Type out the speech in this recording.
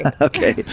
okay